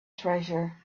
treasure